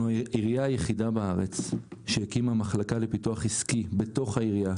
אנחנו העירייה היחידה בארץ שהקימה מחלקה לפיתוח עסקי בתוך העירייה,